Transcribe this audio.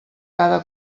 cada